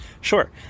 Sure